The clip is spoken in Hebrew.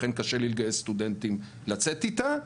לכן קשה לי לגייס סטודנטים לצאת איתה,